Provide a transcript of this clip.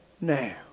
now